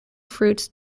fruits